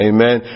Amen